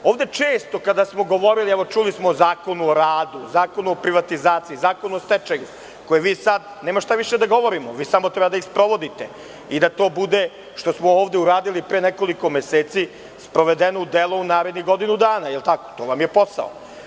Ovde često kada smo govorili, evo čuli smo o Zakonu o radu, Zakonu o privatizaciji, Zakonu o stečaju koje vi sada, nemamo šta više da govorimo, samo treba da ih sprovodite i da to bude što smo ovde uradili pre nekoliko meseci sprovedeno u delo u narednih godinu dana, jel tako, to vam je posao.